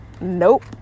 nope